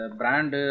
brand